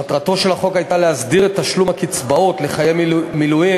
מטרתו של החוק הייתה להסדיר את תשלום הקצבאות לחיילי מילואים